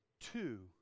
Two